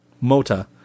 Mota